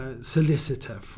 solicitor